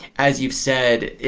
as you've said,